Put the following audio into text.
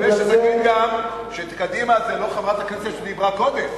אני מקווה שתגיד גם שקדימה זה לא חברת הכנסת שדיברה קודם,